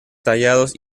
tallados